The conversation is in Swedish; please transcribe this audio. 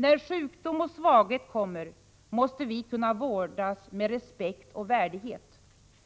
När sjukdom och svaghet kommer måste vi kunna vårdas med respekt och värdighet.